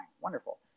Wonderful